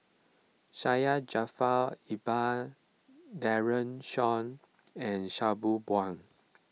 Syed Jaafar Albar Daren Shiau and Sabri Buang